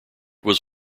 was